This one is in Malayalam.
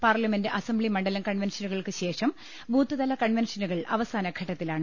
പാർലമെന്റ് അസംബ്ലി മണ്ഡലം കൺവെൻഷ നുകൾക്ക് ശേഷം ബൂത്ത്തല കൺവെൻഷനുകൾ അവസാന ഘട്ടത്തി ലാണ്